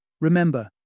remember